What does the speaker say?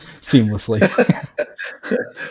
seamlessly